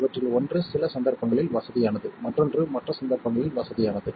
இவற்றில் ஒன்று சில சந்தர்ப்பங்களில் வசதியானது மற்றொன்று மற்ற சந்தர்ப்பங்களில் வசதியானது